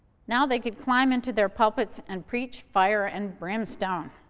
now they could climb into their pulpits and preach fire and brimstone.